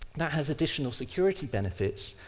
that has additional security benefits,